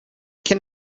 can